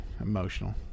emotional